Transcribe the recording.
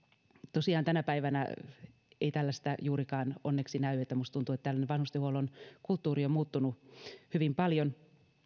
tosiaan tänä päivänä ei tällaista juurikaan onneksi näy minusta tuntuu että vanhustenhuollon kulttuuri on muuttunut hyvin paljon